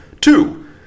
Two